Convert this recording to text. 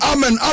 Amen